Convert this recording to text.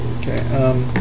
Okay